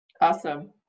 Awesome